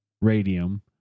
radium